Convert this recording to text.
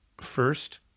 First